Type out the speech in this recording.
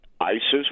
ISIS